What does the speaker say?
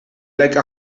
like